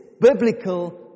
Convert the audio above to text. biblical